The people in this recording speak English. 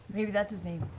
maybe that's his name.